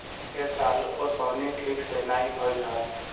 ए साल ओंसउनी ठीक से नाइ भइल हअ